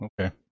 Okay